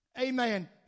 amen